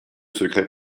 secret